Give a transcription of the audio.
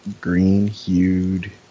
green-hued